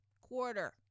quarter